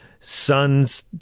son's